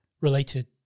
related